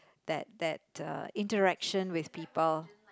that that the interaction with people